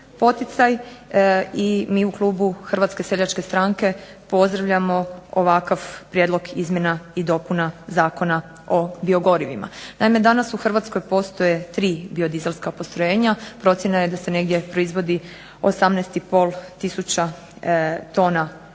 poticaj, i mi u klubu Hrvatske seljačke stranke pozdravljamo ovakav prijedlog izmjena i dopuna Zakona o biogorivima. Naime danas u Hrvatskoj postoje tri biodizelska postrojenja, procjena da se negdje proizvodi 18 i pol